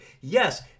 yes